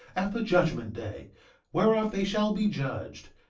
at the judgment day whereof they shall be judged,